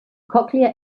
cochlear